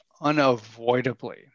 unavoidably